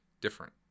different